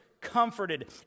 comforted